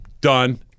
Done